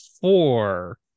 four